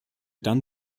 dann